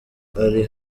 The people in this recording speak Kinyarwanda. ari